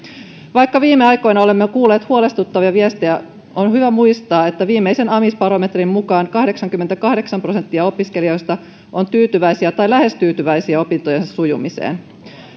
vaikka viime aikoina olemme kuulleet huolestuttavia viestejä on hyvä muistaa että viimeisen amisbarometrin mukaan kahdeksankymmentäkahdeksan prosenttia opiskelijoista on tyytyväisiä tai lähes tyytyväisiä opintojensa sujumiseen